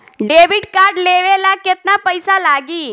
Debit card लेवे ला केतना पईसा लागी?